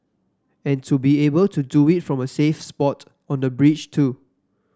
and to be able to do it from a safe spot on the bridge too